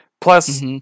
plus